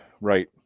Right